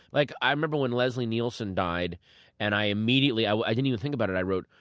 like, i remember when leslie nielsen died and i immediately, i i didn't even think about it. i wrote,